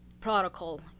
protocol